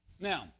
Now